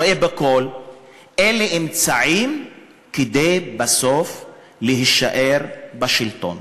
רואה בכול אמצעים כדי בסוף להישאר בשלטון.